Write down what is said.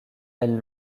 elle